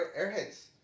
airheads